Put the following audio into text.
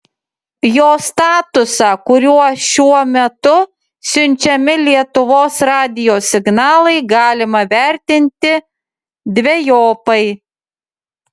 jo statusą kuriuo šiuo metu siunčiami lietuvos radijo signalai galima vertinti dvejopai